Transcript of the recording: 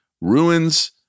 ruins